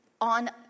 on